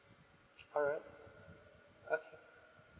all right okay